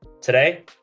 Today